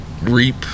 reap